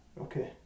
Okay